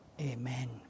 Amen